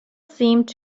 seems